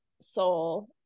soul